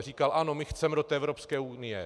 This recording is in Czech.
Říkal: Ano, my chceme do té Evropské unie.